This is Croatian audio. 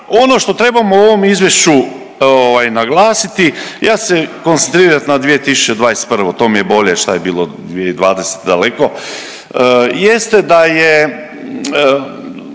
ono što trebamo u ovom izvješću naglasiti ja ću se koncentrirati na 2021., to mi je bolje, 2020. daleko jeste da je